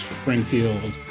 Springfield